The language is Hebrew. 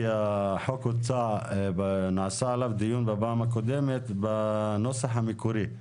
כי החוק נעשה עליו דיון בפעם הקודמת בנוסח המקורי.